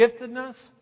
giftedness